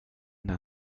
una